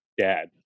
dad